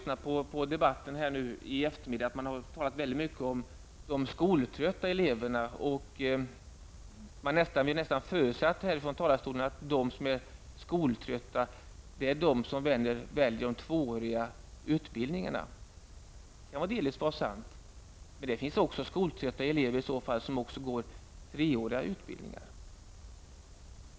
I debatten i eftermiddags har det talats väldigt mycket om de skoltrötta eleverna. Man nästan förutsätter att de som är skoltrötta väljer de tvååriga utbildningarna. Det kan delvis vara sant, men det finns också skoltrötta elever som går de treåriga utbildningslinjerna.